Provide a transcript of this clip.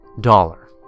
dollar